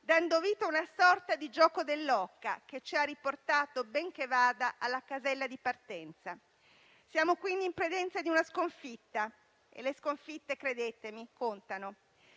dando vita a una sorta di gioco dell'oca, che ci ha riportato, ben che vada, alla casella di partenza. Siamo, quindi, in presenza di una sconfitta e le sconfitte contano.